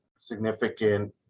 significant